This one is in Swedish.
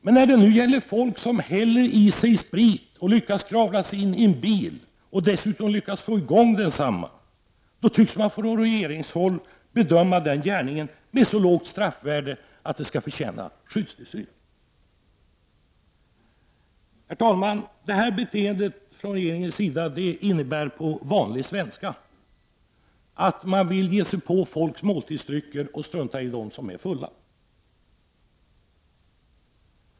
Men när det gäller folk som häller i sig sprit, lyckas kravla sig in i en bil och dessutom lyckas få i gång densamma, då tycks man från regeringshåll bedöma att deras gärning har så lågt straffvärde att den förtjänar skyddstillsyn. Herr talman! Regeringens beteende innebär på vanlig svenska att man vill ge sig på folks måltidsdrycker men att man struntar i dem som är fulla.